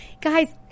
Guys